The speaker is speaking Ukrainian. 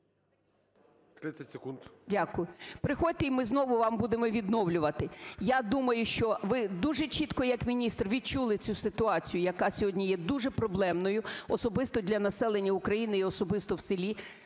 О.В. Дякую. … приходьте, і ми знову вам будемо відновлювати. Я думаю, що ви дуже чітко як міністр відчули цю ситуацію, яка сьогодні є дуже проблемною особисто для населення України і особисто в селі.